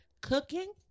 Cooking